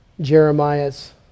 Jeremiah's